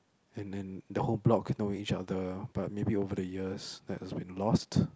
and the the whole block know each other but maybe over the years that has been lost